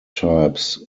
types